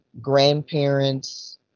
grandparents